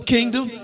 Kingdom